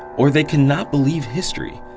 or they cannot believe history,